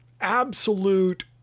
absolute